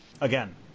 again